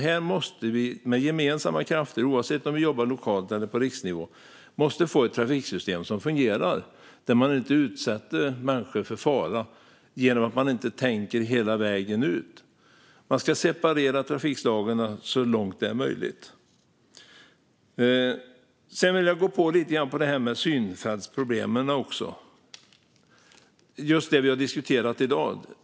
Här måste vi med gemensamma krafter, oavsett om vi jobbar lokalt eller på riksnivå, arbeta för att få ett trafiksystem som fungerar och där man inte utsätter människor för fara genom att inte tänka hela vägen. Trafikslagen ska separeras så långt det är möjligt. Sedan vill jag ta upp synfältsproblemen, som vi har diskuterat i dag.